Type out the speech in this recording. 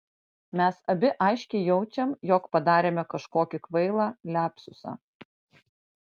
mes abi aiškiai jaučiam jog padarėme kažkokį kvailą liapsusą